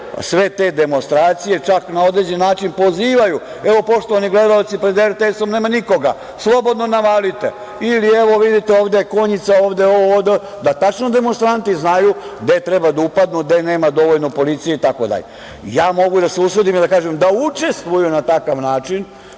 sve te demonstracije, čak na određen način pozivaju. Evo, poštovani gledaoci pred RTS-om nema nikoga, slobodno navalite ili evo, vidite ovde je konjica, ovde ovo, da tačno demonstranti znaju gde treba da upadnu, gde nema dovoljno policije itd. Ja mogu da se usudim i da kažem da učestvuju na takav način